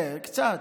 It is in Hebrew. קצת.